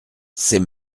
c’est